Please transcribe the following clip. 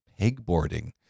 pegboarding